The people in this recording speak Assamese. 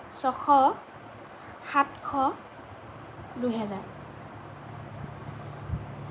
ছশ সাতশ দুহেজাৰ